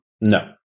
No